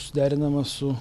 suderinama su